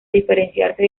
diferenciarse